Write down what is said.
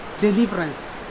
deliverance